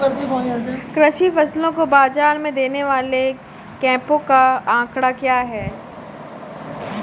कृषि फसलों को बाज़ार में देने वाले कैंपों का आंकड़ा क्या है?